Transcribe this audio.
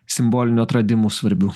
simbolinių atradimų svarbių